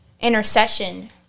intercession